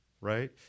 right